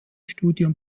studium